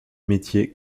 métier